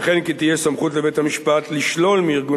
וכן כי תהיה סמכות לבית-המשפט לשלול מארגון